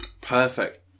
Perfect